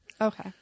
Okay